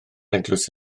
eglwys